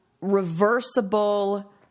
reversible